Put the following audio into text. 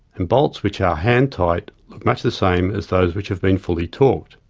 and bolts which are hand tight look much the same as those which have been fully torqued.